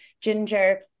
Ginger